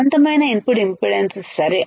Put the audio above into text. అనంతమైన input impedance సరే